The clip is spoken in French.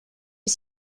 est